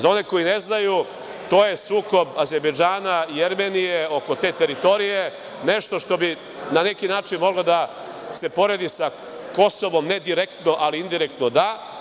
Za one koji ne znaju, to je sukob Azerbejdžana, Jermenije, oko te teritorije, nešto što bi, na neki način moglo da se poredi sa Kosovom, ne direktno, ali indirektno da.